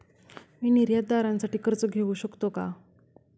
मी निर्यातदारासाठी कर्ज घेऊ शकतो का?